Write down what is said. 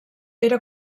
era